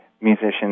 musicians